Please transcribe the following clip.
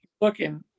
looking